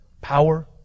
power